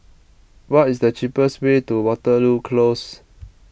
what is the cheapest way to Waterloo Close